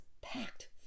packed